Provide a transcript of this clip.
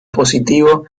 positivo